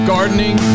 Gardening